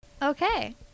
okay